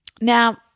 Now